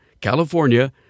California